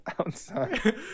outside